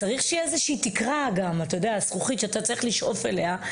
צריך שתהיה איזו שהיא תקרה שאתה צריך לשאוף אליה,